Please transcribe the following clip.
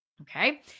okay